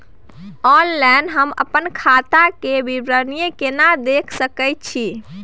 Online हम अपन खाता के विवरणी केना देख सकै छी?